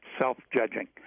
self-judging